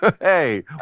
hey